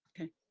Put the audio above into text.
Okay